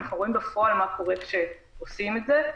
אלא אנחנו רואים בפועל מה קורה כשעושים את זה.